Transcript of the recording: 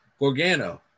Gorgano